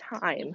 time